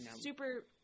super